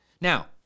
Now